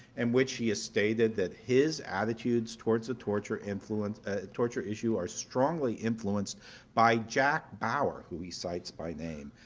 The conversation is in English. in which he has stated that his attitudes towards the torture ah torture issue are strongly influenced by jack bauer, who he cites by name.